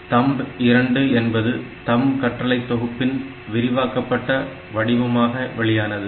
Thumb 2 என்பது Thumb கட்டளை தொகுப்பின் விரிவாக்கப்பட்ட வடிவமாக வெளியானது